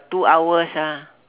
two hours ah